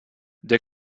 der